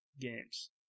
games